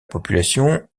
population